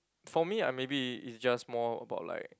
for me I'm maybe it's just more about like